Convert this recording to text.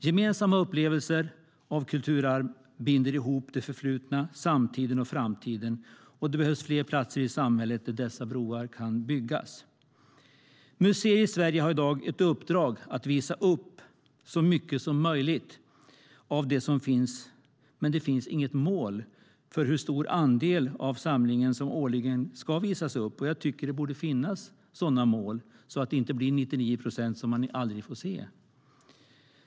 Gemensamma upplevelser av kulturarv binder ihop det förflutna, samtiden och framtiden, och det behövs fler platser i samhället där dessa broar kan byggas. Museer i Sverige har i dag ett uppdrag att visa upp så mycket som möjligt av det som finns, men det finns inget mål för hur stor andel av samlingarna som årligen ska visas upp. Jag tycker att det borde finnas sådana mål så att det inte blir så att vi aldrig får se 99 procent.